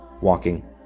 Walking